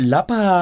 Lapa